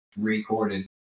recorded